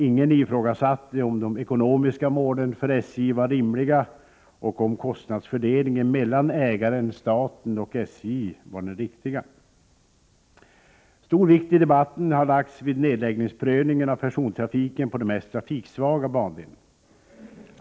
Ingen ifrågasatte om de ekonomiska målen för SJ var rimliga och om kostnadsfördelningen mellan ägaren-staten och SJ var den riktiga. Stor vikt i debatten har lagts vid nedläggningsprövningen av persontrafiken på de mest trafiksvaga bandelarna.